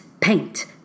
paint